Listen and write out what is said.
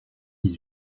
dix